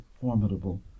formidable